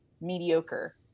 mediocre